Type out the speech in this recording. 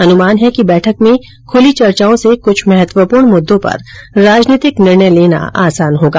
अनुमान है कि बैठक में खुली चर्चाओं से कुछ महत्वपूर्ण मुद्दों पर राजनीतिक निर्णय लेना आसान होगा